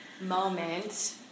moment